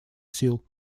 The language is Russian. сил